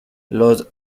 los